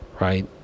right